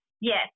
Yes